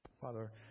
Father